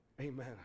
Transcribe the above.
Amen